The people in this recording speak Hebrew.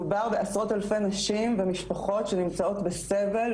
מדובר בעשרות אלפי נשים ומשפחות שנמצאות בסבל,